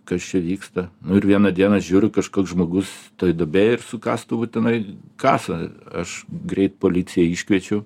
kas čia vyksta nu ir vieną dieną žiūriu kažkoks žmogus toj duobėj ir su kastuvu tenai kasa aš greit policiją iškviečiu